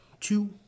two